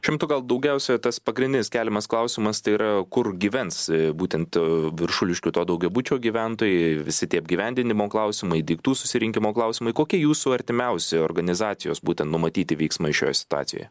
čia jum gal daugiausia tas pagrindinis keliamas klausimas tai yra kur gyvens būtent viršuliškių to daugiabučio gyventojai visi tie apgyvendinimo klausimai daiktų susirinkimo klausimai kokie jūsų artimiausi organizacijos būtent numatyti veiksmai šioje situacijoje